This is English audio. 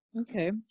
Okay